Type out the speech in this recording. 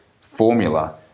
formula